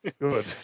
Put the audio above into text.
Good